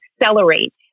accelerate